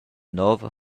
nova